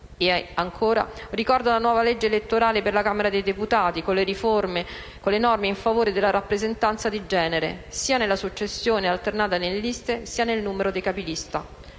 E, ancora, ricordo la nuova legge elettorale per la Camera dei deputati con le norme in favore della rappresentanza di genere, sia nella successione alternata nelle liste, sia nel numero dei capilista.